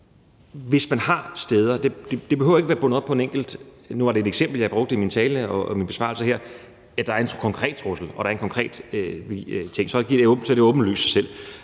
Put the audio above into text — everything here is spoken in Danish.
inde på tidligere. Det behøver ikke at være bundet op på noget konkret. Nu var det et eksempel, jeg brugte i min tale og min besvarelse her; når der er en konkret trussel og en konkret ting, så er det åbenlyst. Men det